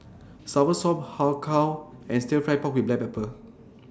Soursop Har Kow and Stir Fry Pork with Black Pepper